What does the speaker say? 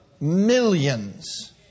millions